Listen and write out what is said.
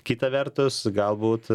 kita vertus galbūt